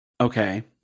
Okay